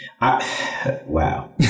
Wow